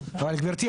אבל גברתי,